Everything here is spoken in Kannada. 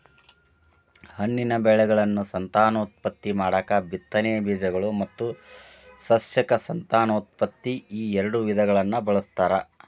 ಹಣ್ಣಿನ ಬೆಳೆಗಳನ್ನು ಸಂತಾನೋತ್ಪತ್ತಿ ಮಾಡಾಕ ಬಿತ್ತನೆಯ ಬೇಜಗಳು ಮತ್ತು ಸಸ್ಯಕ ಸಂತಾನೋತ್ಪತ್ತಿ ಈಎರಡು ವಿಧಗಳನ್ನ ಬಳಸ್ತಾರ